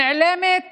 נעלמת